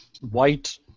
white